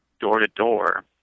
door-to-door